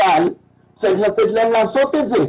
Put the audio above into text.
אבל צריך לתת להם לעשות את זה.